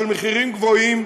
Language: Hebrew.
של מחירים גבוהים,